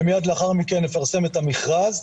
ומיד לאחר מכן נפרסם את המכרז.